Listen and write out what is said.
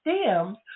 stems